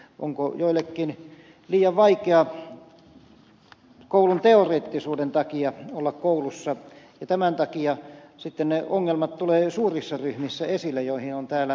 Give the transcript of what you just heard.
onko joillekin liian vaikeaa koulun teoreettisuuden takia olla koulussa ja tämän takia sitten suurissa ryhmissä tulevat esille ne ongelmat joihin on täällä viitattu